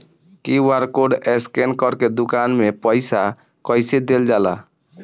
QR code scan करके दुकान में पईसा कइसे देल जाला?